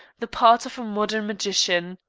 the part of a modern magician.